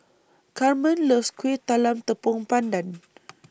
Carmen loves Kueh Talam Tepong Pandan